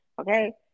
okay